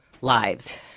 lives